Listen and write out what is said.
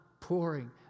pouring